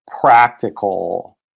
practical